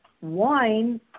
wine